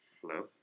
Hello